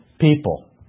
people